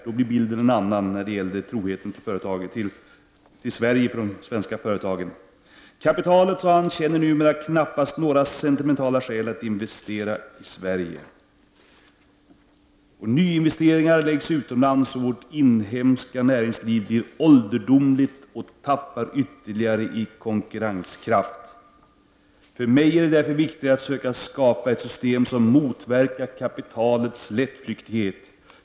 Då blir bilden en annan när det gäller troheten till Sverige från svenska företag. Kapitalet, sade han, känner knappast några sentimentala skäl att investera i Sverige. Han sade vidare att nyinvesteringar läggs utomlands och vårt inhemska näringsliv blir ålderdomligt och tappar ytterligare i konkurrenskraft. Han fortsatte: För mig är det därför viktigt att kunna skapa ett system som motverkar kapitalets lättflyktighet.